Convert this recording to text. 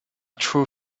true